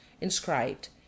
inscribed